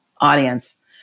audience